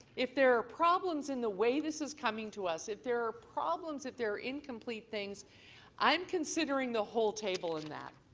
if there are problems in the way this is coming to us, if there are problems if there are incomplete things i'm considering the whole table in that.